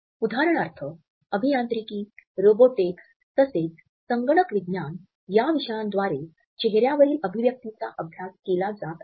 उदाहरणार्थ अभियांत्रिकी रोबोटिक्स तसेच संगणक विज्ञान या विषयांद्वारे चेहऱ्यावरील अभिव्यक्तिचा अभ्यास केला जात आहे